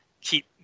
keep